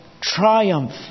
triumph